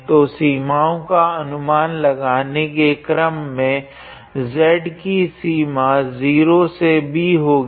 तो सीमाओं का अनुमान लगाने के क्रम में z की सीमा 0 से b होगी